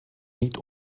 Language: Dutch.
niet